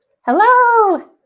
Hello